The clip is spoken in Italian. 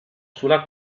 sulla